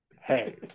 Hey